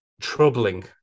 troubling